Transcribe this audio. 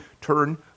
turn